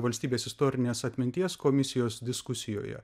valstybės istorinės atminties komisijos diskusijoje